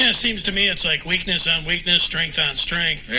seems to me it's like weakness on weakness, strength on strength, yeah.